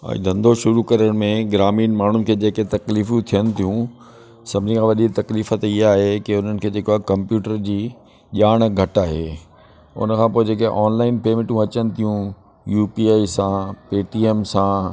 भाई धंधो शुरू करण में ग्रामीण माण्हुनि खे जेके तकलीफ़ूं थियनि थियूं सभिनी खां वॾी तकलीफ़ु त इहा आहे की उन्हनि खे जेको आहे कंप्यूटर जी ॼाण घटि आहे उनखां पोइ जेके ऑनलाइन पेमेंटूं अचनि थियूं यूपीआई सां पेटीएम सां